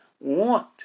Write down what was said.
want